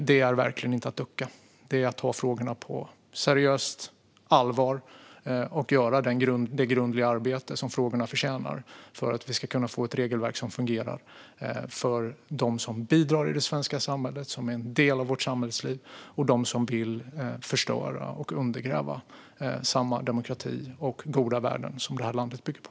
Det är verkligen inte att ducka, utan det är att ta frågorna på allvar och göra det grundliga arbete som frågorna förtjänar för att få ett fungerande regelverk för dem som bidrar i det svenska samhället, som är en del av vårt samhällsliv, och för dem som vill förstöra och undergräva samma demokrati och goda värden som det här landet bygger på.